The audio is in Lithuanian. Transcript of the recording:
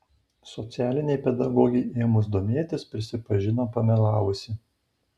socialinei pedagogei ėmus domėtis prisipažino pamelavusi